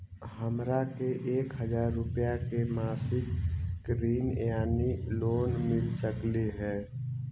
हमरा के एक हजार रुपया के मासिक ऋण यानी लोन मिल सकली हे?